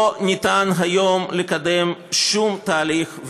לא ניתן היום לקדם שום תהליך,